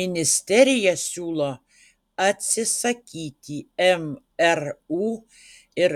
ministerija siūlo atsisakyti mru ir